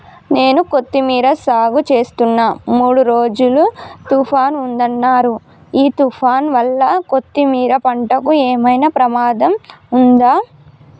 నేను కొత్తిమీర సాగుచేస్తున్న మూడు రోజులు తుఫాన్ ఉందన్నరు ఈ తుఫాన్ వల్ల కొత్తిమీర పంటకు ఏమైనా ప్రమాదం ఉందా?